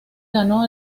ganó